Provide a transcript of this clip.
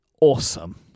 Awesome